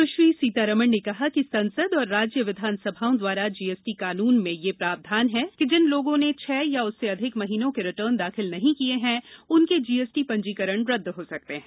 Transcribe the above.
सुश्री सीतारामन ने कहा कि संसद और राज्य विधानसभाओं द्वारा जीएसटी कानून में यह प्रावधान है कि जिन लोगों ने छह या उससे अधिक महीनों के रिटर्न दाखिल नहीं किए हैं उनके जीएसटी पंजीकरण रद्द हो सकते हैं